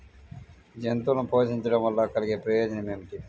జంతువులను పోషించడం వల్ల కలిగే ప్రయోజనం ఏమిటీ?